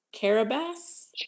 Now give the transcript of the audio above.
Carabas